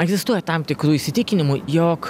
egzistuoja tam tikrų įsitikinimų jog